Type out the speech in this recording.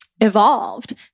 evolved